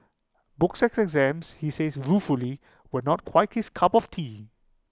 books and exams he says ruefully were not quite his cup of tea